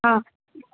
हां